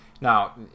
Now